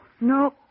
no